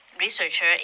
researcher